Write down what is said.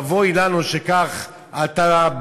אבוי לנו שכך, עתה,